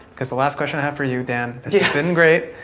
cause the last question i have for you dan. this has been great.